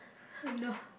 no